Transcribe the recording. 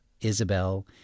Isabel